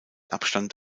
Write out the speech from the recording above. abstand